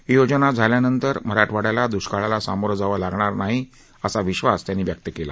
ही योजना झाल्यानंतर मराठवाड्याला द्ष्काळाला सामोरं जावं लागणार नाही असा विश्वास त्यांनी व्यक्त केला